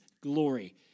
glory